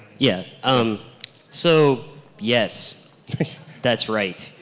yeah um so yes that's right.